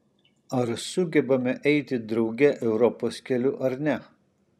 ar sugebame eiti drauge europos keliu ar ne